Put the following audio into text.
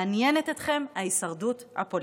מעניינת אתכם ההישרדות הפוליטית.